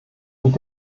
und